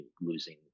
losing